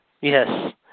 Yes